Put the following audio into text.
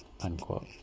Unquote